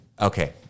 Okay